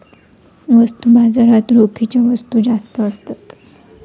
वस्तू बाजारात रोखीच्या वस्तू जास्त असतात